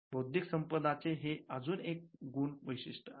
बौद्धिक संपदा चे हे अजून एक गुण वैशिष्ट आहे